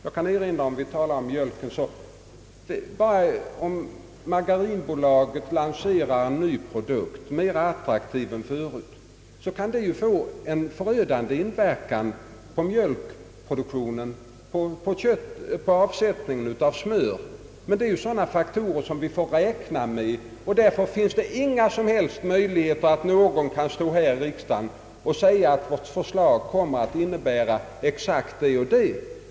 Jag kan, om vi talar om mjölken, erinra om att om Margarinbolaget lanserar en ny produkt som är mera attraktiv än de tidigare, kan det få en förödande inverkan på avsättningen av smör och därmed på mjölkproduktionen. Det är sådana faktorer som vi får räkna med, och det finns därför inga som helst möjligheter att stå här i riksdagen och säga vad vårt förslag exakt kommer att innebära.